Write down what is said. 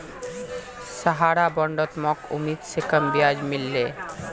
सहारार बॉन्डत मोक उम्मीद स कम ब्याज मिल ले